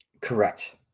Correct